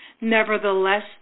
Nevertheless